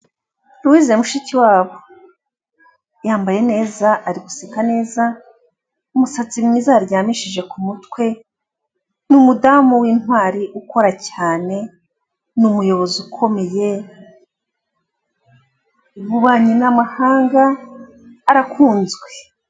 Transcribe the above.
Louise Mushikiwabo yambaye neza, ari guseka neza, umusatsi mwiza yaryamishije ku mutwe, ni umudamu w'intwari ukora cyane, ni umuyobozi ukomeye w'ububanyi n'amahanga arakunzwe.